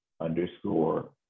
underscore